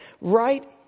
right